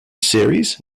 ceres